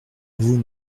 vous